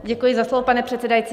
Děkuji za slovo, pane předsedající.